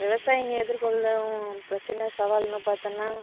விவசாயிங்கள் எதிர்கொள்ளம் பிரச்சனை சவால்ன்னு பார்த்தன்னா